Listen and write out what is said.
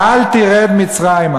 "אל תרד מצרימה".